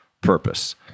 Purpose